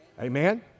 Amen